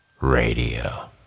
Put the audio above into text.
radio